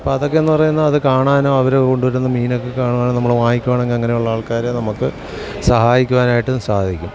അപ്പം അതൊക്കെ എന്ന് പറയുന്ന അത് കാണാനോ അവര് കൊണ്ടുവരുന്ന മീനൊക്കെ കാണാനും നമ്മള് വാങ്ങിക്കുവാണെങ്കിൽ അങ്ങനെയുള്ള ആൾക്കാരെ നമുക്ക് സഹായിക്കുവാനായിട്ടും സാധിക്കും